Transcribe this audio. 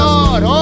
Lord